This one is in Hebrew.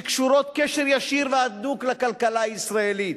שקשורות בקשר ישיר והדוק לכלכלה הישראלית.